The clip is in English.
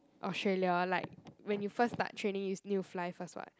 Australia like when you first start training you s~ need to fly first [what]